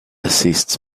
assists